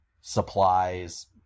supplies